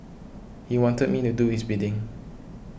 he wanted me to do his bidding